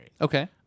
Okay